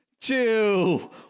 two